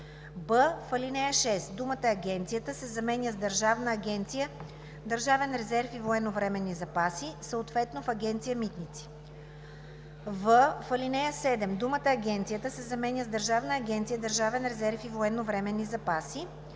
в ал. 6 думата „агенцията“ се заменя с „Държавна агенция „Държавен резерв и военновременни запаси“, съответно в Агенция „Митници“; в) в ал. 7 думата „агенцията“ се заменя с „Държавна агенция „Държавен резерв и военновременни запаси“,